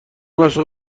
عاشق